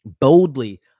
boldly